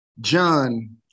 John